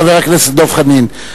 חבר הכנסת דב חנין.